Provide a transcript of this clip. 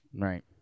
Right